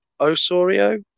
Osorio